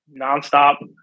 nonstop